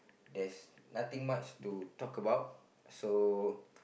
there's nothing much to talk about so